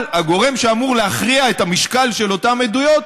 אבל הגורם שאמור להכריע את המשקל של אותן עדויות